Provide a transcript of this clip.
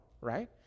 right